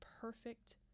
perfect